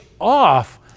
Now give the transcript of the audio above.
off